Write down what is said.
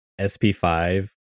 sp5